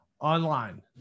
online